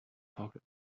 pocket